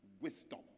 wisdom